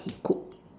what he cook